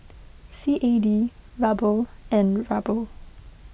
C A D Ruble and Ruble